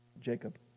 Jacob